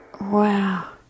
Wow